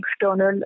external